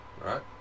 right